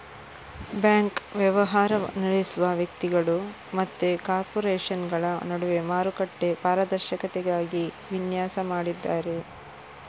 bank ವ್ಯವಹಾರ ನಡೆಸುವ ವ್ಯಕ್ತಿಗಳು ಮತ್ತೆ ಕಾರ್ಪೊರೇಷನುಗಳ ನಡುವೆ ಮಾರುಕಟ್ಟೆ ಪಾರದರ್ಶಕತೆಗಾಗಿ ವಿನ್ಯಾಸ ಮಾಡಿದ್ದಾರೆ